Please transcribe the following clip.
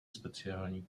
speciální